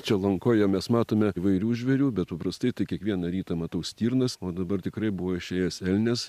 čia lankoje mes matome įvairių žvėrių bet paprastai tai kiekvieną rytą matau stirnas o dabar tikrai buvo išėjęs elnias